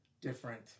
different